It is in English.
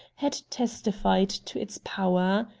had testified to its power.